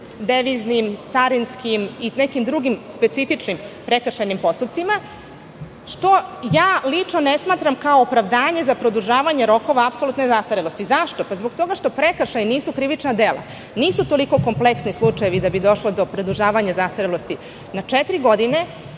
deviznim, carinskim i nekim drugim specifičnim prekršajnim postupcima, što ja lično ne smatram kao opravdanje za produžavanje rokova apsolutne zastarelosti. Zašto? Zbog toga što prekršaji nisu krivična dela i nisu toliko kompleksni slučajevi da bi došlo do produžavanja zastarelosti na četiri godine.